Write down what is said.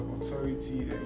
authority